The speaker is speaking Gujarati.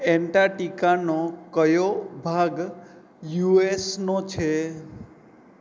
એન્ટાર્કટિકાનો કયો ભાગ યુએસનો છે